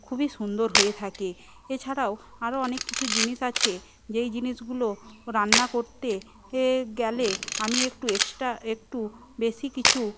খুবই সুন্দর হয়ে থাকে এছাড়াও আরও অনেক কিছু জিনিস আছে যেই জিনিসগুলো রান্না করতে গেলে আমি একটু এক্সট্রা একটু বেশি কিছু